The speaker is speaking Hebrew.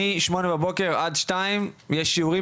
החל מהשעה 8:00 ועד השעה 14:00 יש שיעורים